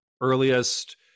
earliest